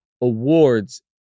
awards